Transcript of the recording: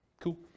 Cool